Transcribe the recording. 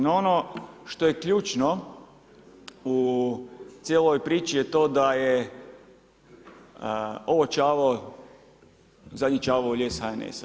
No ono što je ključno u cijeloj ovoj priči je to da je ovo čavao, zadnji čavao u lijes HNS-a.